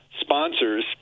sponsors